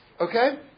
okay